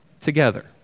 together